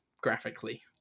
graphically